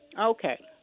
Okay